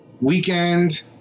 Weekend